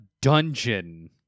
dungeon